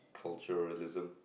culturalism